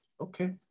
Okay